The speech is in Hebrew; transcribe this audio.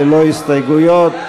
ללא הסתייגויות,